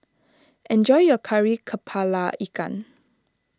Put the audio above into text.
enjoy your Kari Kepala Ikan